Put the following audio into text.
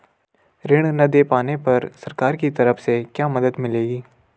ऋण न दें पाने पर सरकार की तरफ से क्या मदद मिलेगी?